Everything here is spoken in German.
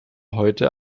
heute